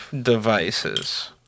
Devices